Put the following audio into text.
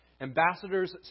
Ambassadors